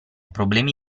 problemi